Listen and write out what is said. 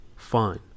fine